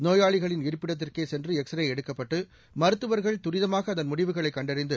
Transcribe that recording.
நோயாளிகளின் இருப்பிடத்திற்கே சென்று எக்ஸ்ரே எடுக்கப்பட்டு மருத்துவர்கள் தரிதமாக அதன் முடிவுகளை கண்டறிந்து